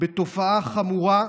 בתופעה החמורה,